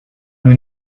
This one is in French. nous